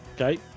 Okay